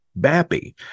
Bappy